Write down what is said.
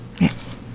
Yes